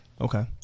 Okay